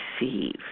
receive